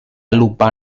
lupa